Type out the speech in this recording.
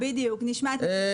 בדיוק, נשמע את נתיבי ישראל.